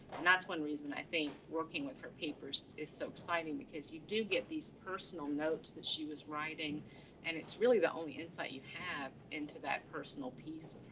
and that's one reason i think working with her papers is so exciting because you do get these personal notes that she was writing and it's really the only insight you have into that personal piece